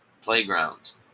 Playgrounds